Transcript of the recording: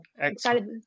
excited